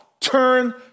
Turn